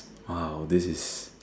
!wow! this is